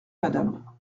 madame